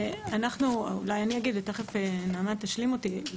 אולי אגיד, ותכף נעמה תשלים אותי.